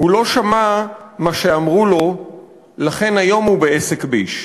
/ הוא לא שמע מה שאמרו לו / לכן היום הוא בעסק ביש.